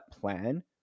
plan